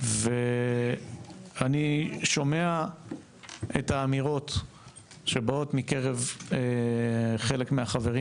אני שומע את האמירות שבאות מקרב חלק מהחברים